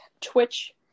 Twitch